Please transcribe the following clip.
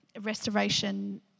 restoration